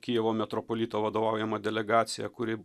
kijevo metropolito vadovaujamą delegaciją kuri